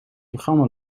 programma